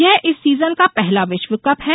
यह इस सीजन का पहला विश्वकप है